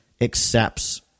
accepts